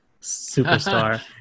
superstar